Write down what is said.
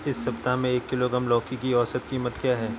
इस सप्ताह में एक किलोग्राम लौकी की औसत कीमत क्या है?